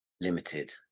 Limited